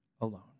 alone